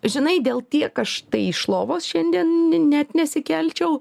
žinai dėl tiek aš tai iš lovos šiandien ni net nesikelčiau